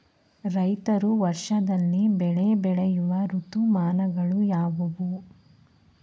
ರೈತರು ವರ್ಷದಲ್ಲಿ ಬೆಳೆ ಬೆಳೆಯುವ ಋತುಮಾನಗಳು ಯಾವುವು?